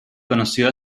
conoció